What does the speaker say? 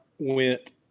Went